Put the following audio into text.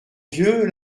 vieux